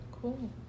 Cool